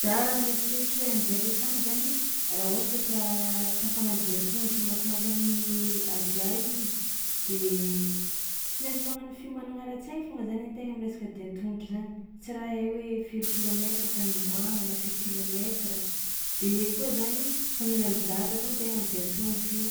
Za raha mieritreritry hoe andro raiky akagny zany raha ohatra ka tafagnano dian-tongotro hamakimaky an'igny Azia igny zany de tsy maintsy magnano fiomanagna ara-tsaigny foagna zany an-tegna am'resaka dian-tongotro zany, tsy raha hay hoe firy kilomètre tany homboagna na firy kilomètre de eo ko zagny fa mila mizatra koa an-tegna am'dian-tongotro